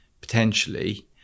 potentially